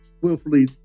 willfully